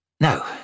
No